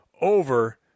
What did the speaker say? over